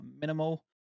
Minimal